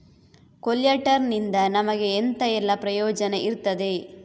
ಕೊಲ್ಯಟರ್ ನಿಂದ ನಮಗೆ ಎಂತ ಎಲ್ಲಾ ಪ್ರಯೋಜನ ಇರ್ತದೆ?